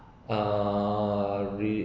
err